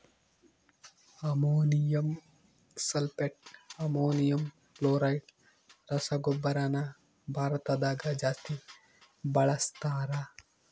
ammonium sulphate, ammonium chloride ರಸಗೊಬ್ಬರನ ಭಾರತದಗ ಜಾಸ್ತಿ ಬಳಸ್ತಾರ